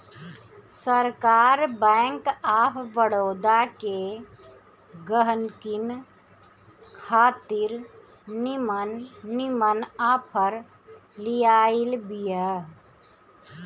सरकार bank of Baroda के गहकिन खातिर निमन निमन आफर लियाइल बिया